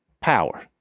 power